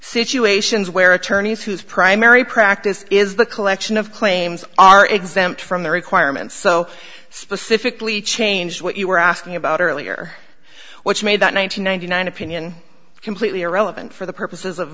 situations where attorneys whose primary practice is the collection of claims are exempt from the requirements so specifically change what you were asking about earlier which made that nine hundred ninety nine opinion completely irrelevant for the purposes of